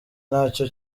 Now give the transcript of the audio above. nacyo